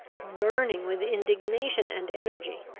burning with indignation and energy.